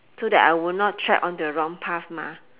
so that I will not thread onto the wrong path mah